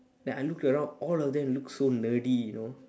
then I look around all of them look so nerdy you know